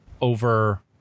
over